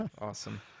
Awesome